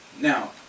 Now